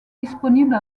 disponible